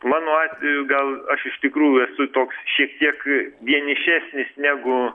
mano atveju gal aš iš tikrųjų esu toks šiek tiek vienišesnis negu